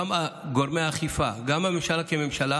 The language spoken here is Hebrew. גם גורמי האכיפה וגם הממשלה כממשלה